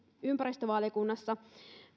ympäristövaliokunnassa